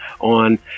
on